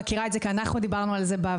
היא מכירה את זה כי דיברנו על זה בעבר,